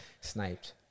sniped